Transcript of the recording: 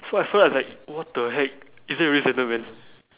so I saw I was like what the heck is that really slender man